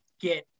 get